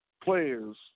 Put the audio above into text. players